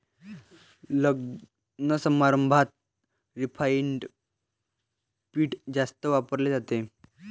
लग्नसमारंभात रिफाइंड पीठ जास्त वापरले जाते